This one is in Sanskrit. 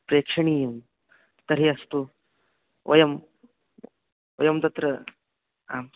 प्रेक्षणीयं तर्हि अस्तु वयं वयं तत्र आम्